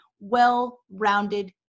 well-rounded